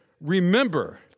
remember